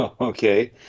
Okay